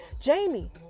Jamie